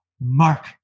Mark